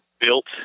built